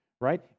right